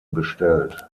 bestellt